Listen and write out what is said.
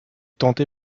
tenté